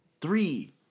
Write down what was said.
Three